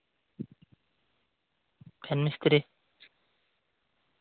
fan ᱢᱤᱥᱛᱨᱤ